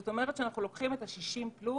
זאת אומרת, אנחנו לוקחים את השישים פלוס